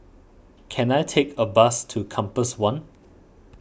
can I take a bus to Compass one